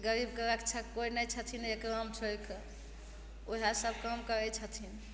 गरीबके रक्षक कोइ नहि छथिन एक राम छोड़िके ओएह सब काम करय छथिन